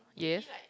yes